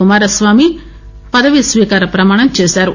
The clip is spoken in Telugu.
కుమారస్వామి పదవీ స్వీకార ప్రమాణం చేశారు